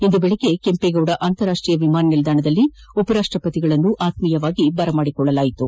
ಇಂದು ಬೆಳಗ್ಗೆ ಕೆಂಪೇಗೌಡ ಅಂತರಾಷ್ಟೀಯ ವಿಮಾನ ನಿಲ್ದಾಣದಲ್ಲಿ ಉಪರಾಷ್ಟ್ರಪತಿ ಅವರನ್ನು ಆತ್ಮೀಯವಾಗಿ ಬರಮಾಡಿಕೊಳ್ಳಲಾಯಿತು